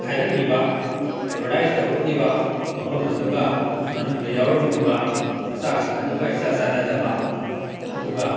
ꯍꯥꯏꯔꯛꯂꯤꯕ ꯑꯦꯕꯔꯗꯥꯏꯁ ꯇꯧꯔꯛꯂꯤꯕ ꯋꯥꯐꯝ ꯑꯗꯨꯒ ꯃꯅꯨꯡꯗ ꯌꯥꯎꯔꯝꯂꯤꯕ ꯃꯆꯥꯛꯁꯤꯡ ꯑꯗꯨꯒ ꯏꯆꯥ ꯆꯥꯟꯅꯗꯕ ꯑꯗꯨꯒ